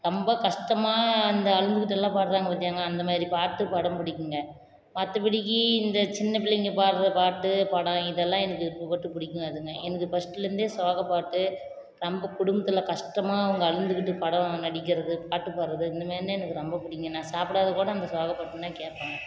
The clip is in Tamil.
ரொம்ப கஷ்டமாக அந்த அழுதுகிட்டுலாம் பாடுறாங்க பார்த்தியாங்க அந்த மாதிரி பாட்டு படம் பிடிக்குங்க மற்றபடிக்கி இந்த சின்ன பிள்ளைங்க பாடுற பாட்டு படம் இதெல்லாம் எனக்கு விருப்பப்பட்டு பிடிக்காதுங்க எனக்கு ஃபஸ்டுலேருந்தே சோக பாட்டு ரொம்ப குடும்பத்தில் கஷ்டமாக அவங்க அழுதுகிட்டு படம் நடிக்கிறது பட்டு பாடுறது இந்த மாதிரினா எனக்கு ரொம்ப பிடிக்கும் நான் சாப்பிடாம கூட அந்த சோக பாட்டுன்னா கேட்பேங்க